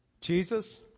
Jesus